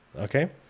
Okay